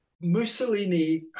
Mussolini